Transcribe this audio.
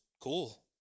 cool